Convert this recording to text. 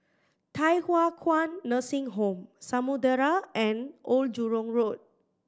Thye Hua Kwan Nursing Home Samudera and Old Jurong Road